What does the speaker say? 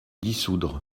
dissoudre